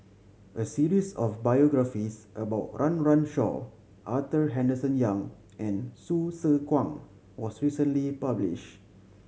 a series of biographies about Run Run Shaw Arthur Henderson Young and Hsu Tse Kwang was recently published